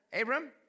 Abram